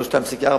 לא 2.4,